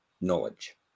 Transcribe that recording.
knowledge